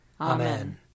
Amen